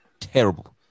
terrible